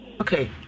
Okay